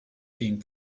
being